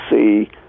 see